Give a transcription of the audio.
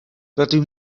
rydw